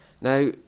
Now